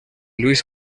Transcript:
luis